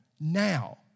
now